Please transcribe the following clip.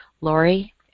Lori